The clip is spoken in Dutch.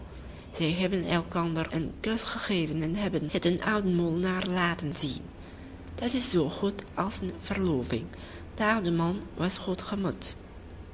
zij hebben elkander een kus gegeven en hebben het den ouden molenaar laten zien dat is zoo goed als een verloving de oude man was